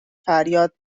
فریاد